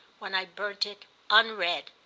when i burnt it unread.